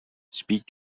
speak